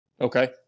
Okay